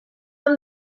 amb